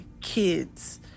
kids